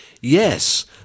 Yes